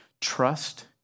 Trust